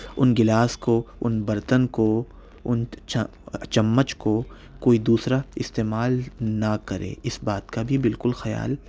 اُن گلاس کو اُن برتن کو اُن چمچ کو کوئی دوسرا استعمال نہ کرے اِس بات کا بھی بالکل خیال